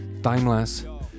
timeless